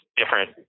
different